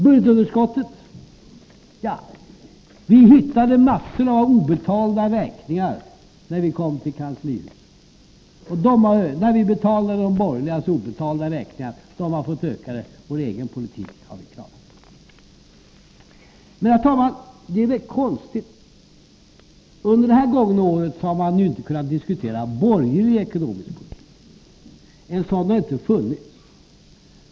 Budgetunderskottet: Vi hittade massor av obetalda räkningar när vi kom till kanslihuset, och när vi betalade de borgerligas obetalda räkningar fick vi ett ökat budgetunderskott — vår egen politik har vi klarat. Herr talman! Det är inte konstigt att man under det gångna året inte har kunnat diskutera borglig ekonomisk politik — en sådan har inte funnits.